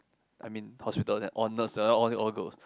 I mean hospital they honest honestly all girls